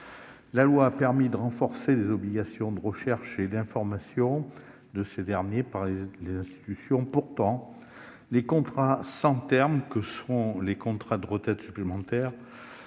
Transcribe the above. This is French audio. Elle a permis de renforcer les obligations de recherche et d'information de ces derniers par les institutions. Pourtant, les contrats sans terme que sont les contrats d'épargne retraite supplémentaire